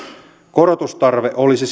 korotustarve olisi